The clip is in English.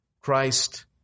Christ